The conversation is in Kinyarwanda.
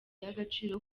y’agaciro